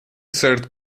certo